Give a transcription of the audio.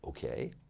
ok.